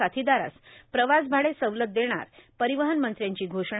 साथीदारास प्रवासभाडे सवलत देणार परिवहन मंत्र्यांची घोषणा